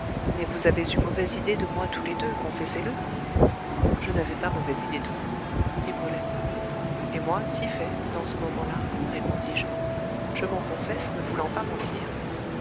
mais vous avez eu mauvaise idée de moi tous les deux confessez le je n'avais pas mauvaise idée de vous dit brulette et moi si fait dans ce moment-là répondis-je je m'en confesse ne voulant pas mentir